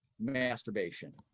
masturbation